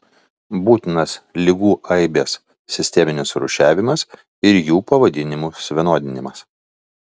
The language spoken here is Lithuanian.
būtinas ligų aibės sisteminis surūšiavimas ir jų pavadinimų suvienodinimas